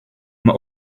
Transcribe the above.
mae